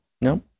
No